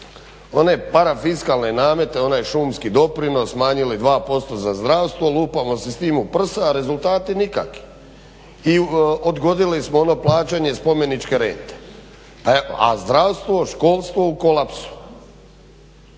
one parafiskalne namete, onaj šumski doprinos, smanjili 2% za zdravstvo, lupamo se s tim u prsa a rezultati nikaki. I odgodili smo ono plaćanje spomeničke rente, a zdravstvo, školstvo u kolapsu.